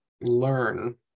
learn